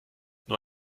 nur